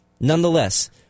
Nonetheless